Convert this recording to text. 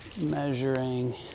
measuring